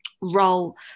role